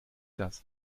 das